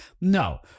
No